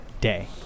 day